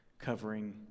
covering